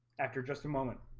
actor just a moment